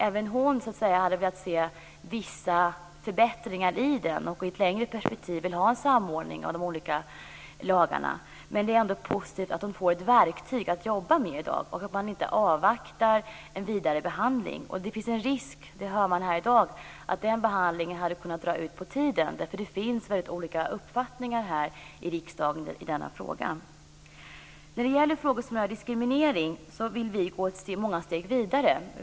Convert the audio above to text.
Även hon hade velat se vissa förbättringar i lagen, och hon vill i ett längre perspektiv ha en samordning av de olika lagarna. Men det är positivt att hon får ett verktyg att jobba med i stället för att avvakta en vidare behandling. Det finns en risk att den behandlingen hade kunnat dra ut på tiden. Det finns olika uppfattningar i riksdagen i denna fråga. I frågor som rör diskriminering vill vi gå många steg vidare.